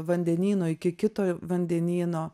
vandenyno iki kito vandenyno